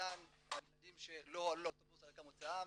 דן על ילדים שלא עלו לאוטובוס על רקע מוצאם,